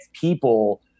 people